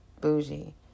Bougie